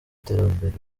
iterambere